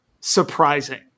surprising